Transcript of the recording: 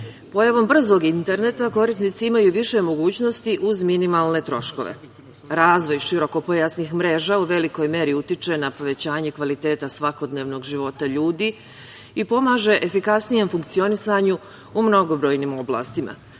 brzog interneta korisnici imaju više mogućnosti, uz minimalne troškove. Razvoj širokopojasnih mreža u velikoj meri utiče na povećanje kvaliteta svakodnevnog života ljudi i pomaže efikasnijem funkcionisanju u mnogobrojnim oblastima.